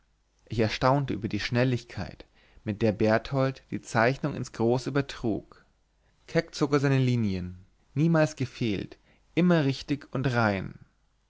ich erstaunte über die schnelligkeit mit der berthold die zeichnung ins große übertrug keck zog er seine linien niemals gefehlt immer richtig und rein